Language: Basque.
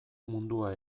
mundua